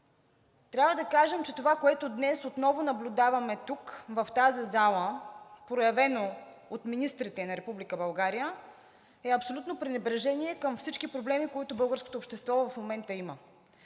трябва да кажа, че това, което днес отново наблюдаваме тук в тази зала, проявено от министрите на Република България, е абсолютно пренебрежение към всички проблеми, които българското общество в момента има.